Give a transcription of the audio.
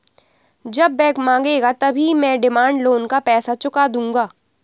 जब बैंक मांगेगा तभी मैं डिमांड लोन का पैसा चुका दूंगा